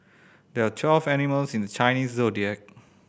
there are twelve animals in the Chinese Zodiac